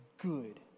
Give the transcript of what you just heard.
good